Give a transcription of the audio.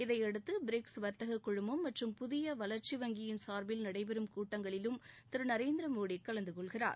இதையடுத்து பிரிக்ஸ் வர்த்தக குழுமம் மற்றும் புதிய வளர்ச்சி வங்கியின் சார்பில் நடைபெறும் கூட்டங்களிலும் திரு நரேந்திரமோடி கலந்து கொள்கிறார்